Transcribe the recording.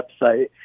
website